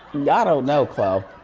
i ah don't know khlo.